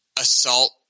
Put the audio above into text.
assault